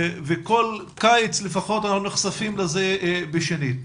וכל קיץ לפחות אנחנו נחשפים לזה בשנית.